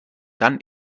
dann